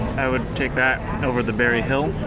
i would take that over the berryhill.